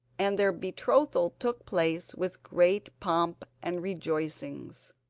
and their betrothal took place with great pomp and rejoicings.